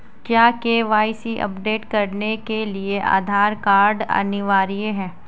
क्या KYC update करने के लिए आधार कार्ड अनिवार्य है?